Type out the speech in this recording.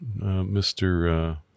Mr. –